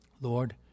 lord